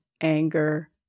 anger